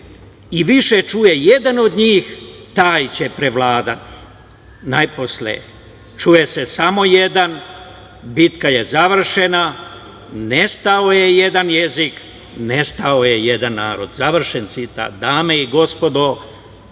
i više čuje jedan od njih taj će prevladati. Najposle, čuje se samo jedan, bitka je završena, nestao je jedan jezik, nestao je jedan narod, završen citat.“Dame i gospodo